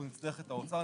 אנחנו נצטרך את האוצר.